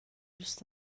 دوست